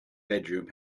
bedroom